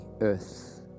earth